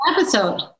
episode